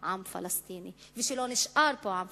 עם פלסטיני ושלא נשאר פה עם פלסטיני?